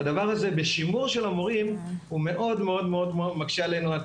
הדבר הזה בשימור של המורים מאוד מאוד מקשה עלינו את